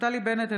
נפתלי בנט,